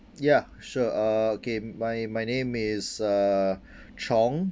ya sure uh okay my my name is uh Chong